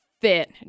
fit